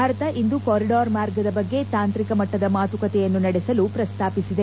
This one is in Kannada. ಭಾರತ ಇಂದು ಕಾರಿಡಾರ್ ಮಾರ್ಗದ ಬಗ್ಗೆ ತಾಂತ್ರಿಕ ಮಟ್ಟದ ಮಾತುಕತೆಯನ್ನು ನಡೆಸಲು ಪ್ರಸ್ತಾಪಿಸಿದೆ